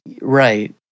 Right